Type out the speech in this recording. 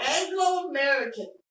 Anglo-American